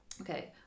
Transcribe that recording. okay